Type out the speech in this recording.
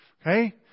Okay